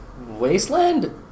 Wasteland